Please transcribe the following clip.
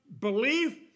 belief